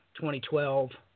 2012